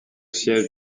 siège